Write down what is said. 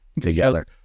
together